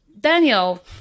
Daniel